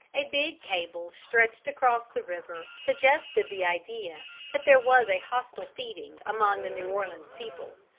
a big cable stretched across the river suggested the idea that there was a hostile feeling among the new orleans people.